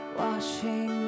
washing